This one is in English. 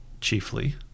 chiefly